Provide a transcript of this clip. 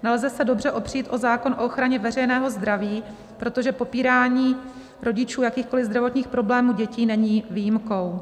Nelze se dobře opřít o zákon o ochraně veřejného zdraví, protože popírání rodičů jakýchkoliv zdravotních problémů dětí není výjimkou.